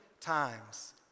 times